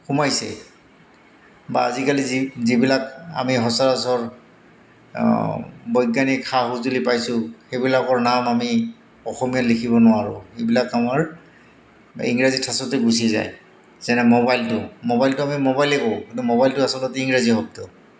সোমাইছে বা আজিকালি যি যিবিলাক আমি সচৰাচৰ বৈজ্ঞানিক সা সঁজুলি পাইছোঁ সেইবিলাকৰ নাম আমি অসমীয়া লিখিব নোৱাৰোঁ এইবিলাক আমাৰ ইংৰাজী ঠাচতে গুচি যায় যেনে মোবাইলটো মোবাইলটো আমি মোবাইলে কওঁ কিন্তু মোবাইলটো আচলতে ইংৰাজী শব্দ